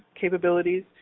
capabilities